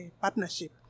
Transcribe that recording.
partnership